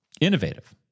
Innovative